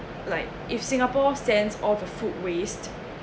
like if singapore sends all the food waste